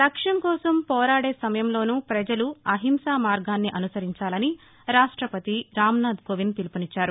లక్ష్యం కోసం పోరాదే సమయంలోనూ ప్రజలు అహింసా మార్గాన్ని అనుసరించాలని రాష్ట పతి రామ్ నాధ్ కోవింద్ పిలుపునిచ్చారు